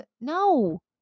no